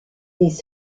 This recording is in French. des